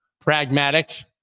pragmatic